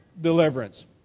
deliverance